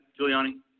Giuliani